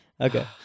Okay